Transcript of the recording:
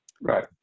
right